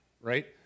right